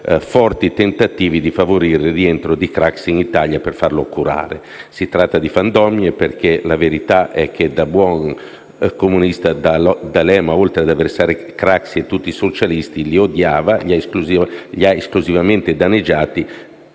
forti tentativi di favorire il rientro di Craxi in Italia per farlo curare. Si tratta di fandonie perché la verità è che, da buon comunista, D'Alema, oltre ad avversare Craxi e tutti i socialisti, li odiava, li ha esclusivamente danneggiati,